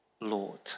Lord